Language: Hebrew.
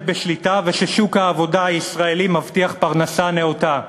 בשליטה וששוק העבודה הישראלי מבטיח פרנסה נאותה.